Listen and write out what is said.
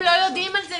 הם לא יודעים על זה,